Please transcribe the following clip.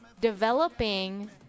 developing